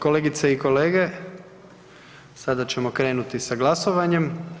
Kolegice i kolege, sada ćemo krenuti sa glasovanjem.